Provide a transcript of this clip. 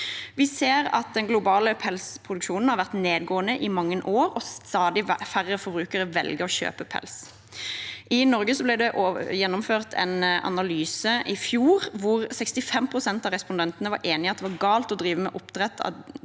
Vi ser at den globale pelsproduksjonen har vært nedadgående over mange år, og stadig færre forbrukere velger å kjøpe pels. I Norge ble det gjennomført en analyse i fjor hvor 65 pst. av respondentene var enig i at det var galt å drive med oppdrett av dyr